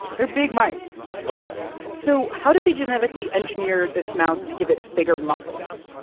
they're big mice oh, yeah so how did they genetically engineer this mouse to give it bigger muscles?